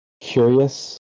curious